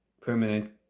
permanent